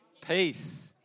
Peace